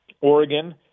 Oregon